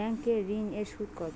Bank ঋন এর সুদ কত?